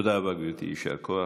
תודה רבה, גברתי, יישר כוח.